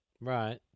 Right